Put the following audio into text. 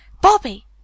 Bobby